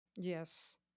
Yes